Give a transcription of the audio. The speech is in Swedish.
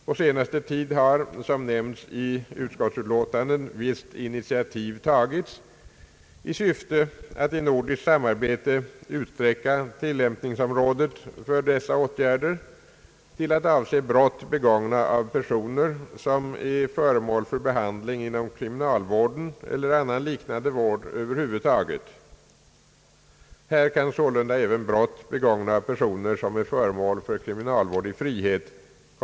På senaste tid har, som nämnts i utskottsutlåtandet, visst initiativ tagits i syfte att i nordiskt samarbete utsträcka tillämpningsområdet för dessa åtgärder till att avse brott begångna av personer som är föremål för behandling inom kriminalvården eller annan liknande vård över huvud taget. Här kan sålunda komma i åtanke även brott begångna av personer som är föremål för kriminalvård i frihet.